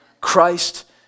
christ